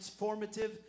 transformative